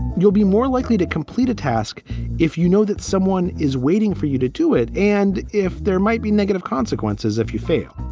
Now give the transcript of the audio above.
you'll be more likely to complete a task if you know that someone is waiting for you to do it and if there might be negative consequences if you fail,